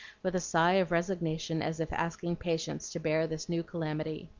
with a sigh of resignation as if asking patience to bear this new calamity.